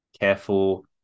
careful